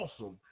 awesome